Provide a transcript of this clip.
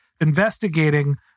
investigating